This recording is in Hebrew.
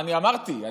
אני אמרתי,